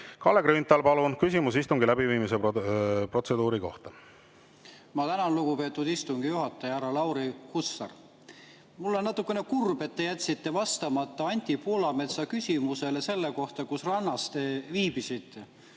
Kalle Grünthal, palun! Küsimus istungi läbiviimise protseduuri kohta. Ma tänan, lugupeetud istungi juhataja härra Lauri Hussar! Mul on natukene kurb, et te jätsite vastamata Anti Poolametsa küsimusele selle kohta, kus rannas te viibisite.